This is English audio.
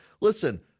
Listen